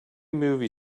movie